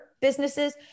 businesses